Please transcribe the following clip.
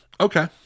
Okay